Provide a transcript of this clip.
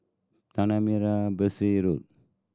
Tanah Merah Besar Road